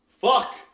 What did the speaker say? Fuck